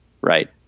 right